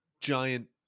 giant